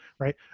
Right